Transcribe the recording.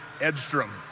Edstrom